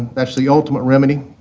that's the ultimate remedy